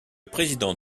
président